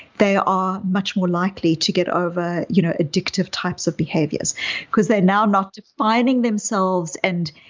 they are much more likely to get over you know addictive types of behaviors because they're now not defining themselves and.